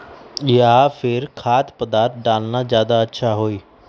या फिर खाद्य पदार्थ डालना ज्यादा अच्छा होई?